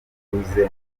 n’umutekano